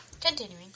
Continuing